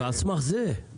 ועל זה סמך זה --- חבל,